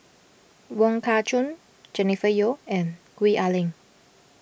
Wong Kah Chun Jennifer Yeo and Gwee Ah Leng